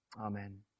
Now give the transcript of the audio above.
Amen